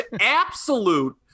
absolute